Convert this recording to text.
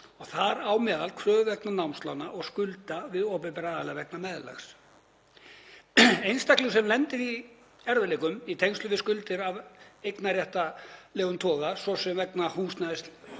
þar á meðal kröfur vegna námslána og skulda við opinbera aðila vegna meðlags. Einstaklingar sem lenda í erfiðleikum í tengslum við skuldir af einkaréttarlegum toga, svo sem vegna húsnæðislána